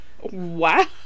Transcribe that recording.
Wow